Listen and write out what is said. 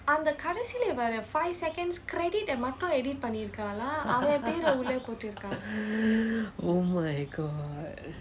oh my god